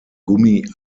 gummi